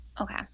Okay